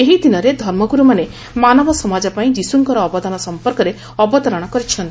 ଏହି ଦିନରେ ଧର୍ମଗୁରୁମାନେ ମାନବ ସମାଜପାଇଁ ଯିଶୁଙ୍କର ଅବଦାନ ସମ୍ପର୍କରେ ଅବତାରଣ କରିଛନ୍ତି